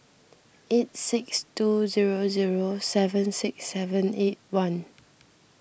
eight six two zero zero seven six seven eight one